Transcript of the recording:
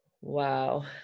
Wow